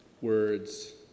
Words